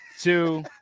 two